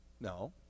no